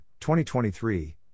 2023